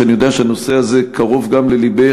שאני יודע שהנושא הזה קרוב גם ללבך,